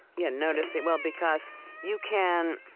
yeah, noticing. well, because you can,